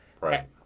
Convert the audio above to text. right